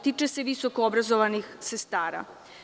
Tiče se visoko obrazovanih sestara.